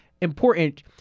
important